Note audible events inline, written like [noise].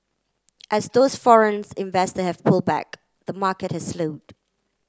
as those foreign [unintelligible] investor have pulled back the market has slowed